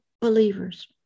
believers